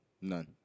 None